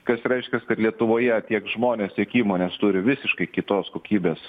kas reiškias kad lietuvoje tiek žmonės tiek įmonės turi visiškai kitos kokybės